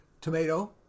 tomato